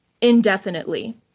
indefinitely